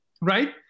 right